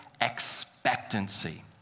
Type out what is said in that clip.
expectancy